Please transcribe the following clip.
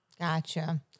Gotcha